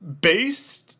based